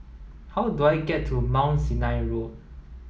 how do I get to Mount Sinai Road